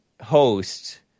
host